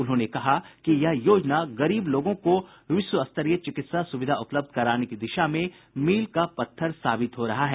उन्होंने कहा कि यह योजना गरीब लोगों को विश्व स्तरीय चिकित्सा सुविधा उपलब्ध कराने की दिशा में मील का पत्थर साबित हो रहा है